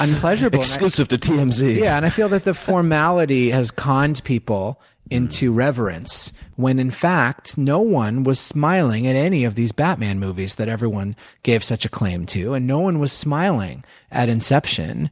un-pleasurable. exclusive to tmz. yeah um yeah. and i feel that the formality has conned people into reverence when, in fact, no one was smiling at any of these batman movies that everyone gave such acclaim to and no one was smiling at inception,